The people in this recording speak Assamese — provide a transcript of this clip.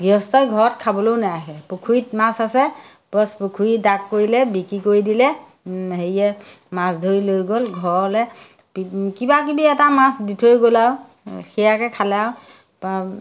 গৃহস্থই ঘৰত খাবলৈও নাৰাখে পুখুৰীত মাছ আছে বচ পুখুৰীত ডাক কৰিলে বিক্ৰী কৰি দিলে হেৰিয়ে মাছ ধৰি লৈ গ'ল ঘৰলৈ কিবাকিবি এটা মাছ দি থৈ গ'ল আৰু সেয়াকে খালে আৰু